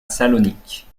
salonique